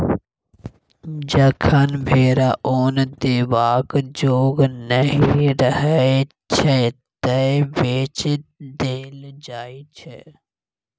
जखन भेरा उन देबाक जोग नहि रहय छै तए बेच देल जाइ छै